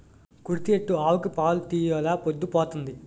కుడితి ఎట్టు ఆవుకి పాలు తీయెలా పొద్దు పోతంది